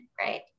right